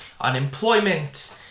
unemployment